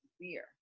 beer